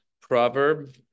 proverb